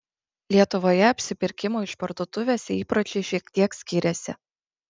lietuvoje apsipirkimo išparduotuvėse įpročiai šiek tiek skiriasi